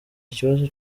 ikibazo